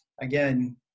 again